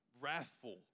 wrathful